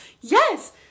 Yes